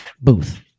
booth